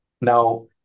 Now